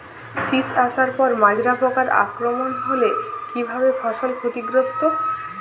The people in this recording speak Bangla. শীষ আসার পর মাজরা পোকার আক্রমণ হলে কী ভাবে ফসল ক্ষতিগ্রস্ত?